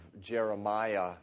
Jeremiah